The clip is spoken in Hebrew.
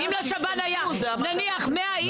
אם לשב"ן היה נניח 100 איש,